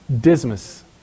Dismas